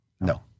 No